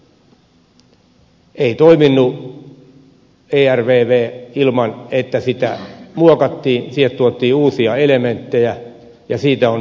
ei toiminut ervv ilman että sitä muokattiin siihen tuotiin uusia elementtejä ja siitä on nyt kysymys